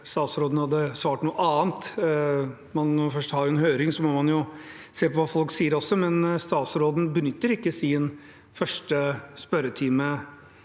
statsråden hadde svart noe annet. Når man først har en høring, må man jo også se på hva folk sier. Men statsråden benytter ikke sin første spørretime